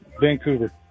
Vancouver